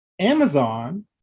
Amazon